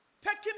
taking